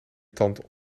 tand